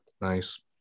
Nice